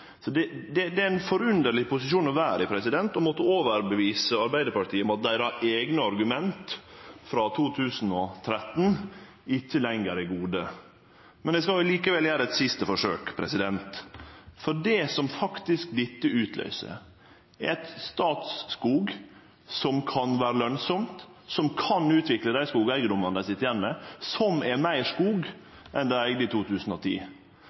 Det er ein forunderleg posisjon å vere i å måtte overtyde Arbeidarpartiet om at deira eigne argument frå 2013 ikkje lenger er gode. Eg skal likevel gjere eit siste forsøk. Det som dette faktisk utløyser, er eit Statskog som kan vere lønsamt, som kan utvikle dei skogeigedomane dei sit igjen med, som er meir skog enn dei eigde i 2010.